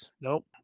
nope